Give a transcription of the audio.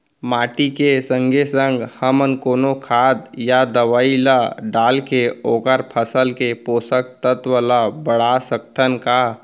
माटी के संगे संग हमन कोनो खाद या दवई ल डालके ओखर फसल के पोषकतत्त्व ल बढ़ा सकथन का?